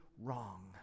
wrong